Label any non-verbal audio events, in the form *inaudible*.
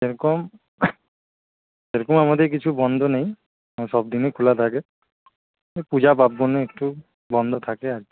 সেরকম সেরকম আমাদের কিছু বন্ধ নেই *unintelligible* সবদিনই খোলা থাকে পূজা পার্বনে একটু বন্ধ থাকে আর কি